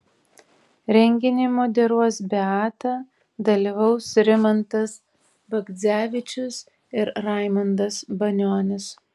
renginį moderuos beata dalyvaus rimantas bagdzevičius ir raimundas banionis